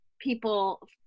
people